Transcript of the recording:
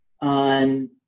on